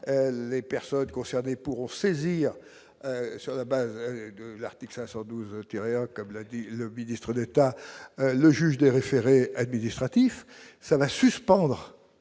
les personnes concernées pourront saisir sur la base de l'article 512 TER, comme l'a dit le ministre d'État, le juge des référés administratifs ça va suspendre